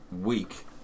week